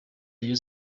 rayon